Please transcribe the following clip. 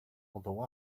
although